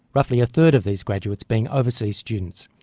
roughly a third of these graduates, being overseas students.